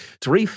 Tarif